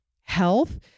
health